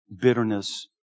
bitterness